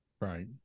right